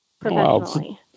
professionally